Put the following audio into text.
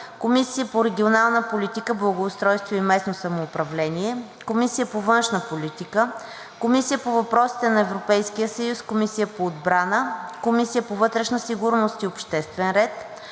Комисия по регионална политика, благоустройство и местно самоуправление; 7. Комисия по външна политика; 8. Комисия по въпросите на Европейския съюз; 9. Комисия по отбрана; 10. Комисия по вътрешна сигурност и обществен ред;